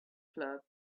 club